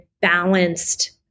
balanced